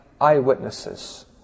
eyewitnesses